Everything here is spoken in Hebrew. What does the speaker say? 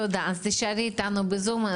תודה, תישארי איתנו בזום.